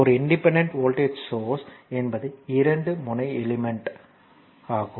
ஒரு independent voltage source என்பது இரண்டு முனைய எலிமெண்ட் ஆகும்